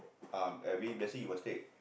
ah every blessing you will take